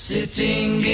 Sitting